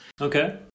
Okay